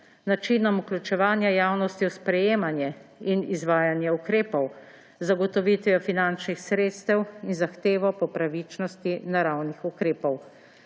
načinom vključevanja javnosti v sprejemanje in izvajanje ukrepov, z zagotovitvijo finančnih sredstev in zahtevo po pravičnosti naravnih ukrepov.